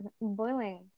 boiling